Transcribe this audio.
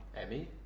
Emmy